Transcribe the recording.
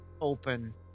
open